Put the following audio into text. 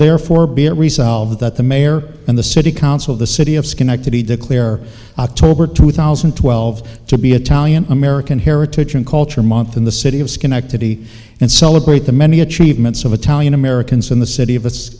therefore be a resolve that the mayor and the city council the city of schenectady declare october two thousand and twelve to be a talian american heritage and culture month in the city of schenectady and celebrate the many achievements of italian americans in the city of